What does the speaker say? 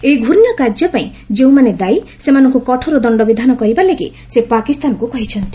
ଏହି ଘୃଣ୍ୟ କାର୍ଯ୍ୟପାଇଁ ଯେଉଁମାନେ ଦାୟୀ ସେମାନଙ୍କୁ କଠୋର ଦଶ୍ଚବିଧାନ କରିବା ଲାଗି ସେ ପାକିସ୍ତାନକୁ କହିଛନ୍ତି